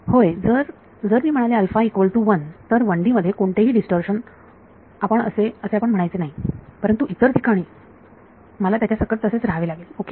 होय जर जर मी म्हणाले अल्फा इक्वल टू वन तर 1D मध्ये कोणतेही डीस्टॉर्शन असे आपण म्हणायचे नाही परंतु इतर ठिकाणी आणि मला त्याच्या सकट तसेच राहावे लागेल ओके